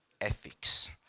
ethics